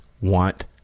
want